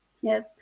yes